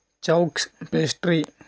choux pastry